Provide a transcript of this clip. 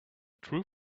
true